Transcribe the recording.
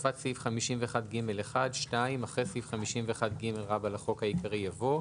הוספת סעיף 51ג1 2. אחרי סעיף 51ג לחוק העיקרי יבוא: